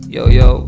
Yo-yo